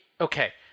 Okay